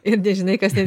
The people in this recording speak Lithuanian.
ir nežinai kas ten